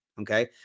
Okay